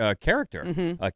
character